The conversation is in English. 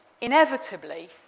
Inevitably